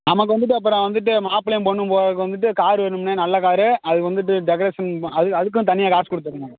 நமக்கு வந்துட்டு அப்புறம் வந்துட்டு மாப்பிளையும் பொண்ணும் போகிறதுக்கு வந்துட்டு காரு வேணும்ண்ணே நல்ல காரு அதுக்கு வந்துட்டு டெக்கரேஷன் ப அது அதுக்கும் தனியாக காசு கொடுத்துட்றேன் நான்